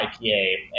IPA